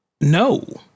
no